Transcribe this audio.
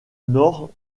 nord